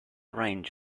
range